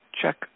check